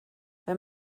wenn